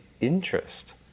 interest